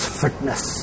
fitness